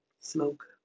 smoke